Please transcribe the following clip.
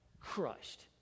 crushed